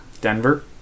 Denver